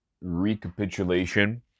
recapitulation